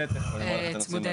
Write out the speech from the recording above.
הלאה.